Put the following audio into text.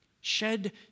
Shed